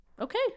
Okay